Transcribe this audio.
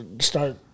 start